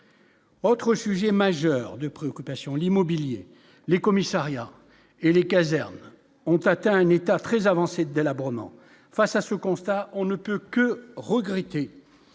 Autre sujet majeur de préoccupation, l'immobilier, les commissariats et les casernes ont atteint un état très avancé délabrement face à ce constat, on ne peut que regretter